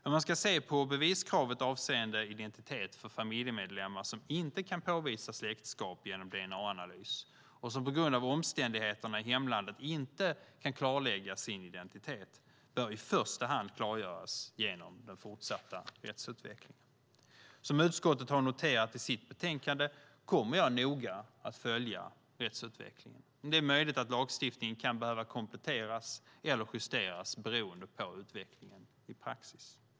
Hur man ska se på beviskravet avseende identitet för familjemedlemmar som inte kan påvisa släktskap genom dna-analys och som på grund av omständigheterna i hemlandet inte kan klarlägga sin identitet bör i första hand klargöras genom den fortsatta rättsutvecklingen. Som utskottet har noterat i sitt betänkande kommer jag noga att följa rättsutvecklingen. Det är möjligt att lagstiftningen kan behöva kompletteras eller justeras beroende på utvecklingen i praxis.